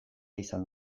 izan